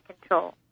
control